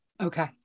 Okay